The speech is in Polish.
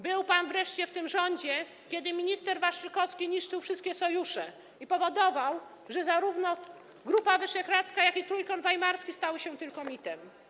Był pan wreszcie w tym rządzie, kiedy minister Waszczykowski niszczył wszystkie sojusze i powodował, że zarówno Grupa Wyszehradzka, jak i Trójkąt Weimarski stały się tylko mitem.